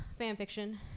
fanfiction